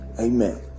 amen